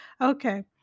Okay